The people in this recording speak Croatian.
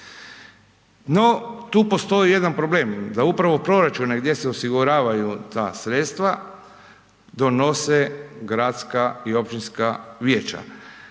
No tu postoji jedan problem da upravo proračuni gdje se osiguravaju ta sredstva donose gradska i općinska vijeća